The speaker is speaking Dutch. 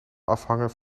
afhangen